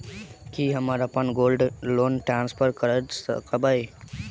की हम अप्पन gold loan transfer करऽ सकबै?